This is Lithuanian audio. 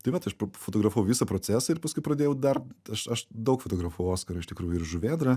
tai vat aš pafotografavau visą procesą ir paskui pradėjau dar aš aš daug fotografavau oskarą iš tikrųjų ir žuvėdrą